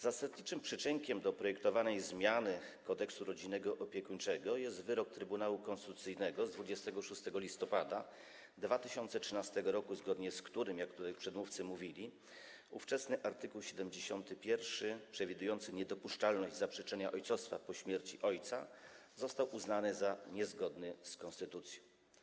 Zasadniczym przyczynkiem do projektowanej zmiany Kodeksu rodzinnego i opiekuńczego jest wyrok Trybunału Konstytucyjnego z 26 listopada 2013 r., zgodnie z którym, jak tutaj przedmówcy mówili, ówczesny art. 71 przewidujący niedopuszczalność zaprzeczenia ojcostwa po śmierci ojca został uznany za niezgodny z konstytucją.